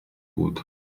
gut